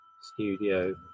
studio